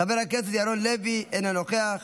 חבר הכנסת ירון לוי, אינו נוכח,